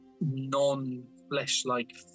non-flesh-like